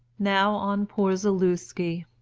now on poor zaluski,